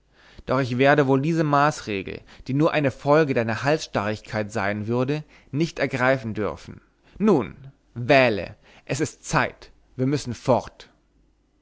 doch ich werde wohl diese maßregel die nur eine folge deiner halsstarrigkeit sein würde nicht ergreifen dürfen nun wähle es ist zeit wir müssen fort